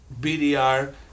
BDR